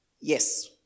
yes